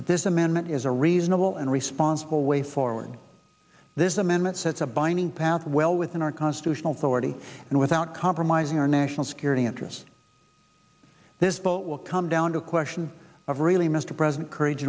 that this amendment is a reasonable and responsible way forward this amendment sets a binding path well within our constitutional authority and without compromising our national security interests this vote will come down to a question of really mr president courage